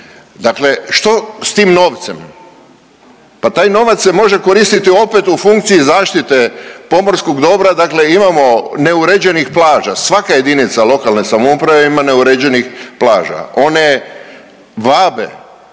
Dakle, što s tim novcem? Pa taj novac se može koristiti opet u funkciji zaštite pomorskog dobra. Dakle imamo neuređenih plaža, svaka jedinica lokalne samouprave ima neuređenih plaža one vabe